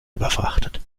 überfrachtet